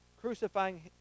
crucifying